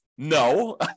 No